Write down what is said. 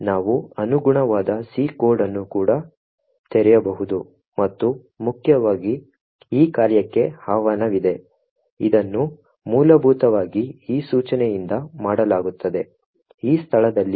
ನಾವು ಅನುಗುಣವಾದ C code ಅನ್ನು ಕೂಡ ತೆರೆಯಬಹುದು ಮತ್ತು ಮುಖ್ಯವಾಗಿ ಈ ಕಾರ್ಯಕ್ಕೆ ಆಹ್ವಾನವಿದೆ ಇದನ್ನು ಮೂಲಭೂತವಾಗಿ ಈ ಸೂಚನೆಯಿಂದ ಮಾಡಲಾಗುತ್ತದೆ ಈ ಸ್ಥಳದಲ್ಲಿ 80483ED